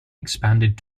expanded